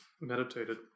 meditated